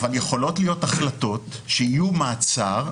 אבל יכולות להיות החלטות שיהיו מעצר,